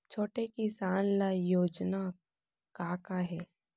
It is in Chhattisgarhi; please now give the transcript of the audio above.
छोटे किसान ल योजना का का हे?